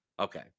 Okay